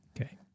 Okay